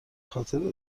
خاطر